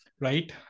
right